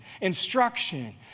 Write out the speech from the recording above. instruction